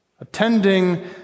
attending